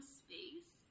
space